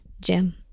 Jim